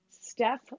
Steph